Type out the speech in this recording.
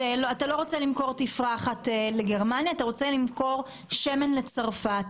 אם למשל אתה לא רוצה למכור תפרחת לגרמניה אלא אתה רוצה למכור שמן לצרפת.